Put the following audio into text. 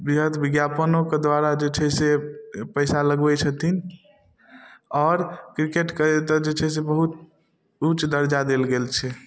वृहद विज्ञापनोके द्वारा जे छै से पइसा लगबै छथिन आओर किरकेटके एतऽ जे छै से बहुत उँच दर्जा देल गेल छै